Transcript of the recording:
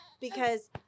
because-